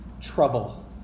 trouble